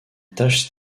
tache